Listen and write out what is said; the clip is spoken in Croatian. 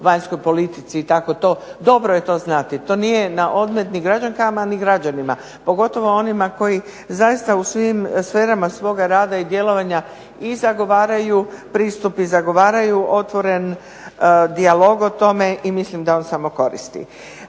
Vanjska politika i tako to, dobro je to znati. To nije na odmet ni građankama ni građanima, pogotovo onima koji zaista u svim sferama svoga rada i djelovanja i zagovaraju pristup, zagovaraju otvoren dijalog o tome i mislim da on samo koristi.